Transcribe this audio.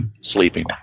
sleeping